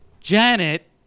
Janet